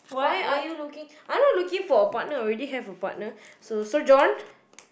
why are you looking I'm not looking for a partner I already have a partner so so John